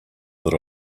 that